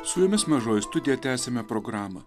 su jumis mažoji studija tęsiame programą